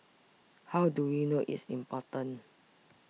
how do we know it's important